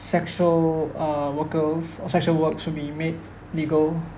sexual uh workers sexual work should be made legal